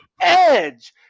edge